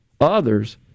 others